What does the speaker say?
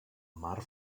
mar